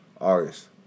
August